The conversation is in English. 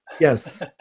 Yes